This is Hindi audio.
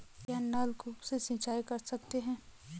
क्या नलकूप से सिंचाई कर सकते हैं?